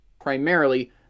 primarily